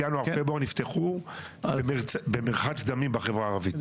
ינואר-פברואר נפתחו במרחץ דמים בחברה הערבית.